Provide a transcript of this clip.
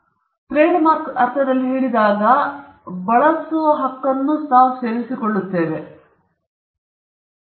ಅದಕ್ಕಾಗಿ ನಾವು ಟ್ರೇಡ್ಮಾರ್ಕ್ ಅರ್ಥದಲ್ಲಿ ಹೇಳಿದಾಗ ಬಳಸಲು ಹಕ್ಕನ್ನು ನಾವು ಸೇರಿಸಿಕೊಳ್ಳುತ್ತೇವೆ ಅದು ನಿಮಗೆ ತಿಳಿದಿದೆ ಕಾನೂನನ್ನು ಹಾದುಹೋಗುವ ಜನರ ಮೂಲಕ ನಿಮ್ಮ ಬಲವನ್ನು ನೀವು ರಕ್ಷಿಸಬಹುದು